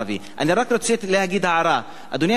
אני רק רציתי להגיד הערה: אדוני היושב-ראש,